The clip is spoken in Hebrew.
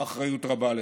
אחריות רבה לכך,